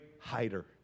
hider